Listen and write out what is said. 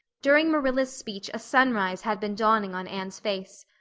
during marilla's speech a sunrise had been dawning on anne's face.